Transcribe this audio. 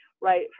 right